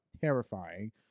terrifying